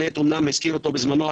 הזכיר אותו בזמנו,